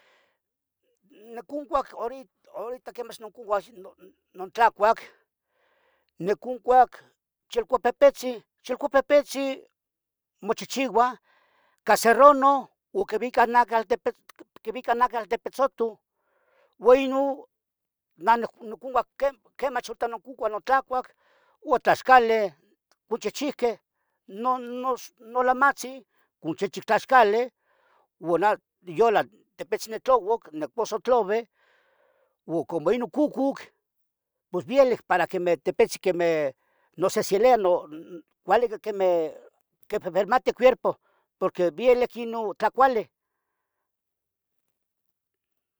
Niconcuac horita notlacuatl niconcuac chicopetetzin, chicopetetzin mochehchiua ica se gono, o quivica nacatl de petzoto uo Inon noconcuah notlacuatl uo tlaxcaleh otchehchiuqueh. Nolamatzin onchichic tlaxcali uo yola tepetzin nitlacuac niposo tloue uo como Inon cucuc pos vielic para tipietzin queh nososelia cuali quemeh mihmate cuerpo que vielic inon tlacuali.